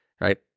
right